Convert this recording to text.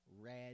red